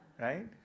right